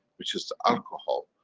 which is the alcohol.